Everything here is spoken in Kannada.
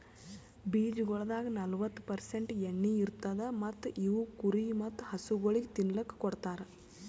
ಬೀಜಗೊಳ್ದಾಗ್ ನಲ್ವತ್ತು ಪರ್ಸೆಂಟ್ ಎಣ್ಣಿ ಇರತ್ತುದ್ ಮತ್ತ ಇವು ಕುರಿ ಮತ್ತ ಹಸುಗೊಳಿಗ್ ತಿನ್ನಲುಕ್ ಕೊಡ್ತಾರ್